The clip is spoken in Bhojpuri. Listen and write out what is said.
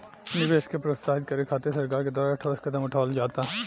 निवेश के प्रोत्साहित करे खातिर सरकार के द्वारा ठोस कदम उठावल जाता